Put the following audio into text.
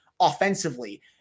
offensively